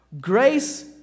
Grace